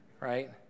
right